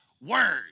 Word